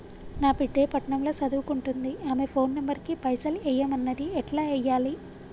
నా బిడ్డే పట్నం ల సదువుకుంటుంది ఆమె ఫోన్ నంబర్ కి పైసల్ ఎయ్యమన్నది ఎట్ల ఎయ్యాలి?